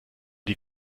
die